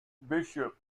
bishop